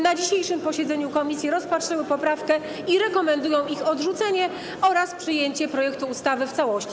Na dzisiejszym posiedzeniu komisje rozpatrzyły poprawkę i rekomendują jej odrzucenie oraz przyjęcie projektu ustawy w całości.